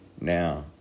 Now